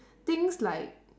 things like